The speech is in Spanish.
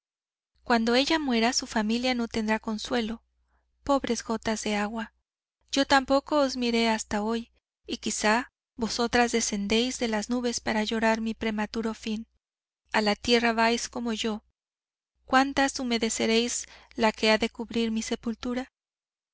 cuando ella muera su familia no tendrá consuelo pobres gotas de agua yo tampoco os miré hasta hoy y quizá vosotras descendéis de las nubes para llorar mi prematuro fin a la tierra vais como yo cuántas humedeceréis la que ha de cubrir mi sepultura